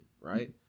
right